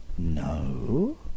No